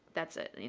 that's it. you